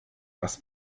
was